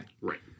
Right